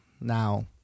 now